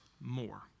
more